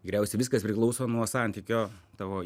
galiausiai viskas priklauso nuo santykio tavo